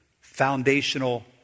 foundational